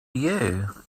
you